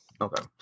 Okay